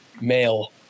male